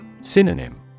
Synonym